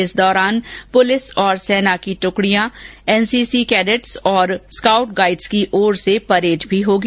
इस दौरान पुलिस और सेना की ट्कडियों एनसीसी कैंडेट्स और स्काउट गाईड की ओर से परैड भी होगी